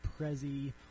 Prezi